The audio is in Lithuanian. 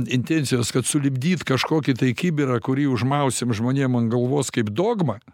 intencijos kad sulipdyt kažkokį tai kibirą kurį užmausim žmonėm ant galvos kaip dogmą